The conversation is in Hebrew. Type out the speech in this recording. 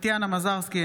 טטיאנה מזרסקי,